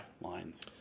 lines